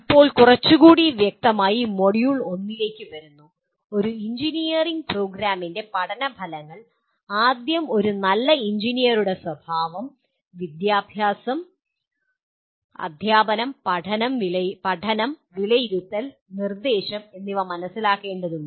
ഇപ്പോൾ കുറച്ചുകൂടി വ്യക്തമായി മൊഡ്യൂൾ 1 ലേക്ക് വരുന്നു ഒരു എഞ്ചിനീയറിംഗ് പ്രോഗ്രാമിന്റെ പഠന ഫലങ്ങൾ ആദ്യം ഒരു നല്ല എഞ്ചിനീയറുടെ സ്വഭാവം വിദ്യാഭ്യാസം അദ്ധ്യാപനം പഠനം വിലയിരുത്തൽ നിർദ്ദേശം എന്നിവ മനസ്സിലാക്കേണ്ടതുണ്ട്